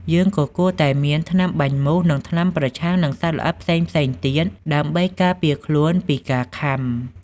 យើងក៏គួរតែមាន ថ្នាំបាញ់មូស និងថ្នាំប្រឆាំងនឹងសត្វល្អិតផ្សេងៗទៀត ដើម្បីការពារខ្លួនពីការខាំ។